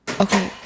Okay